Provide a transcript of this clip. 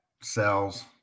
cells